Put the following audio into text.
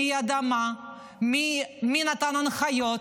מי ידע מה, מי נתן הנחיות,